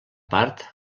part